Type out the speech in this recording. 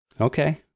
Okay